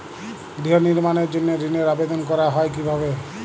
গৃহ নির্মাণের জন্য ঋণের আবেদন করা হয় কিভাবে?